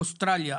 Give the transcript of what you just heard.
אוסטרליה,